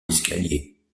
escalier